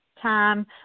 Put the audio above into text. time